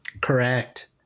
Correct